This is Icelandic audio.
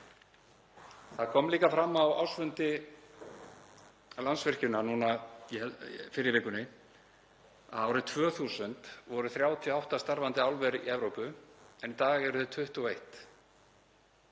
Það kom líka fram á ársfundi Landsvirkjunar núna fyrr í vikunni að árið 2000 voru 38 starfandi álver í Evrópu en í dag eru þau 21.